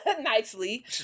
nicely